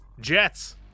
Jets